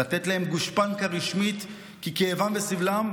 לתת גושפנקה רשמית לכך שכאבן וסבלן,